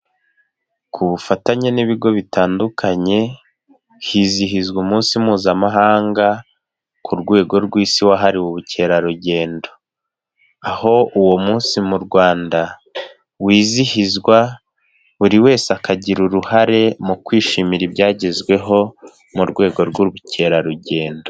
Ku bufatanye n'ibigo bitandukanye hizihizwa umunsi mpuzamahanga ku rwego rw'isi wahariwe ubukerarugendo, aho uwo munsi mu Rwanda, wizihizwa buri wese akagira uruhare mu kwishimira ibyagezweho mu rwego rw'ubukerarugendo.